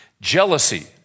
Jealousy